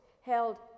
held